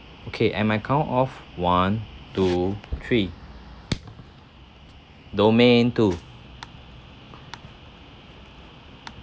okay at my count off one two three domain two